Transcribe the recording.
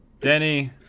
Denny